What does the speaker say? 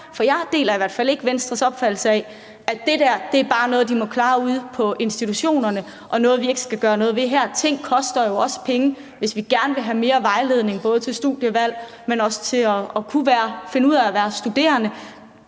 For jeg deler i hvert fald ikke Venstres opfattelse af, at det der bare er noget, de må klare ude på institutionerne, og at det er noget, vi ikke skal gøre noget ved her. Ting koster jo også penge. Hvis vi gerne vil have mere vejledning både til studievalg, men også til at kunne finde ud af at være studerende,